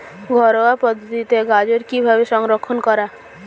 ঘরোয়া পদ্ধতিতে গাজর কিভাবে সংরক্ষণ করা?